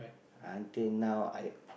until now I